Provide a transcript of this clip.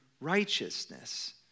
righteousness